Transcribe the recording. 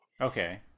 Okay